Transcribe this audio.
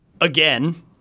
again